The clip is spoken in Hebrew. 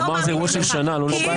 לא מאמינים לך.